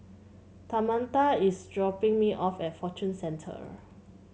Tamatha is dropping me off at Fortune Centre